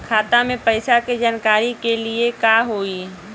खाता मे पैसा के जानकारी के लिए का होई?